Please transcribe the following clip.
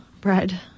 Bread